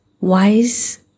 wise